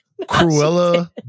Cruella